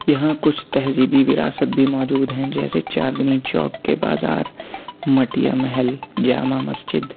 یہاں کچھ تہذیبی وراثت بھی موجود ہیں جیسے چاندنی چوک کے بازار مٹیا محل جامع مسجد